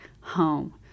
home